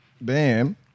Bam